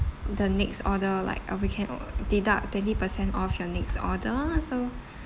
the next order like uh we can uh deduct twenty percent off your next order so